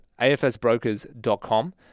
afsbrokers.com